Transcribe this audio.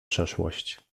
przeszłość